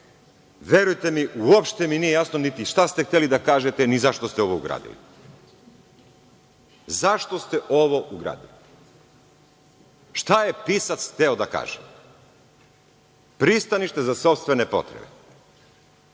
zakona. Verujte mi, uopšte mi nije jasno niti šta ste hteli da kažete, ni zašto ste ovo ugradili. Zašto ste ovo ugradili? Šta je pisac hteo da kaže? Pristanište za sopstvene potrebe,